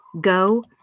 Go